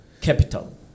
capital